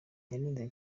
yanenze